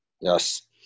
Yes